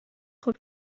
خوب